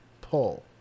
pull